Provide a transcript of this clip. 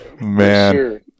man